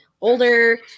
older